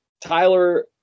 Tyler